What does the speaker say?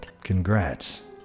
Congrats